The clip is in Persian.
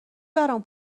برام